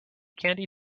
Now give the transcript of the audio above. candy